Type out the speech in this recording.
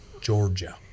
georgia